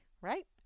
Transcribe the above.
Right